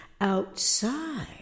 outside